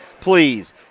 Please